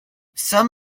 some